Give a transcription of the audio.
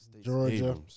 Georgia